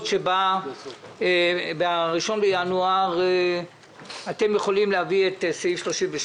שבה ב-1 בינואר אתם יכולים להביא את סעיף 38